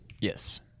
Yes